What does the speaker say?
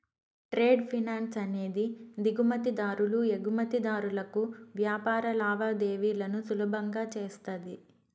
trade finance అనేది దిగుమతి దారులు ఎగుమతిదారులకు వ్యాపార లావాదేవీలను సులభం చేస్తది